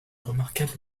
remarquables